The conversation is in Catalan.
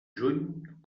juny